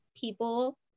people